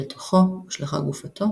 שלתוכו הושלכה גופתו